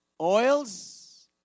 oils